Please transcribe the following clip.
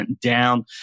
down